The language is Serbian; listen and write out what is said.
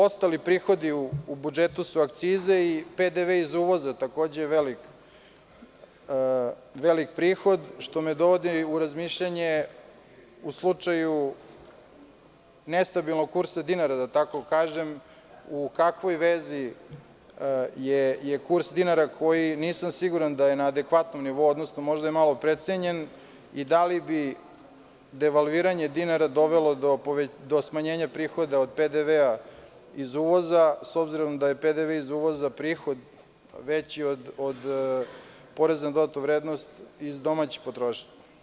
Ostali prihodi u budžetu su akcize i PDV iz uvoza, takođe veliki prihod što me dovodi u razmišljanje u slučaju nestabilnog kursa dinara, da tako kažem u kakvoj vezi je kurs dinara koji nisam siguran da je na adekvatnom nivou, odnosno možda je malo precenjen i da li bi devalviranje dinara dovelo do smanjenja prihoda od PDV-a, iz uvoza s obzirom da je PDV iz uvoza za prihod veći od poreza na dodatnu vrednost iz domaće potrošnje.